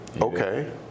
okay